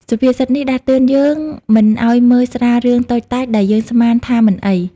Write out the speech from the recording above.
សុភាសិតនេះដាស់តឿនយើងមិនឱ្យមើលស្រាលរឿងតូចតាចដែលយើងស្មានថាមិនអី។